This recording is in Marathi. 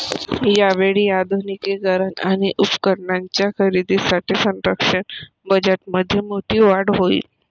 यावेळी आधुनिकीकरण आणि उपकरणांच्या खरेदीसाठी संरक्षण बजेटमध्ये मोठी वाढ होईल